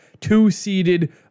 two-seeded